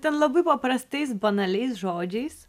ten labai paprastais banaliais žodžiais